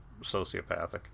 sociopathic